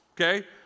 okay